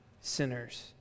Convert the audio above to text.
sinners